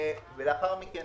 ולאחר מכן